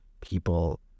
people